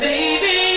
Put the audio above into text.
Baby